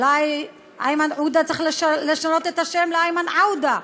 אולי איימן עודה צריך לשנות את השם לאיימן עאודה,